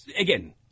again